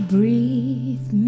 Breathe